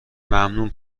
ممنون